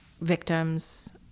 victims